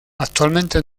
actualmente